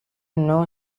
know